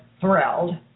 thrilled